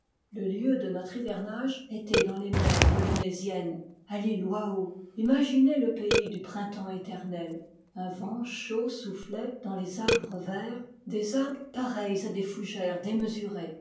le lieu de notre hivernage était dans les mers polynésiennes à l'île wahou imaginez le pays du printemps éternel un vent chaud soufflait dans les arbres verts des arbres pareils à des fougères démesurées